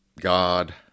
god